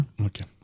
Okay